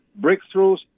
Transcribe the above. breakthroughs